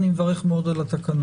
קודם כל אני מברך מאוד על התקנות.